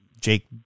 Jake